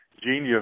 Genius